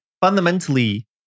Fundamentally